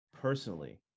personally